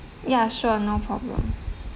ya sure no problem